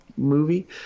movie